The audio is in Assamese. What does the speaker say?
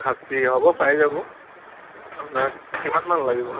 খাচী হ'ব পাই যাব আপোনাক কিমান মান লাগিব